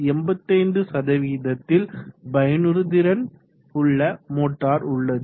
85 யில் பயனுறுதிறன் உள்ள மோட்டார் உள்ளது